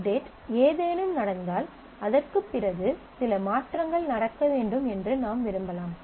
update ஏதேனும் நடந்தால் அதற்குப் பிறகு சில மாற்றங்கள் நடக்க வேண்டும் என்று நாம் விரும்பலாம்